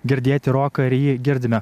girdėti roką ir jį girdime